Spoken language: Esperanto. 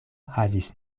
havis